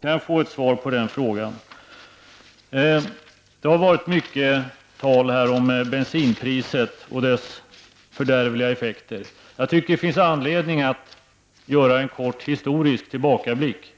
Jag skulle vilja ha ett svar på den frågan. Det har varit mycket tal här om bensinpriset och dess fördärvliga effekter. Jag tycker att det finns anledning att göra en kort historisk tillbakablick.